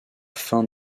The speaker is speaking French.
fin